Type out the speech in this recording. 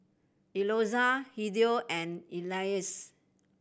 Eloisa Hideo and Elease